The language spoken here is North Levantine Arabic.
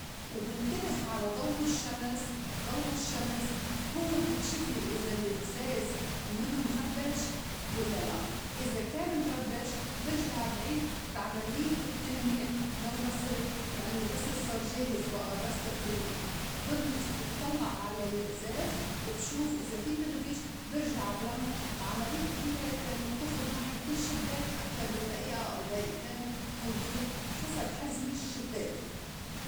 وبنتبه على ضو الشّمس ضو الشّمس هوّ بيكشفلي إذا الأزاز مِنو مغبّش ولّا لأ إذا كان مغبّش برجع بعيد عمليّة التّلميع ما الغسل لأنّو الغسل صار جاهز بئى بس لتّلميع بنظ بطلّع على الأزاز وبشوف إذا في تغبيش برجع بلمعو وعمليتو كلّياتا ما بتاخُد معي كل شبّاك أكتر من دئيئة أو دئيئتين تنضيف حسب حجم الشبّاك.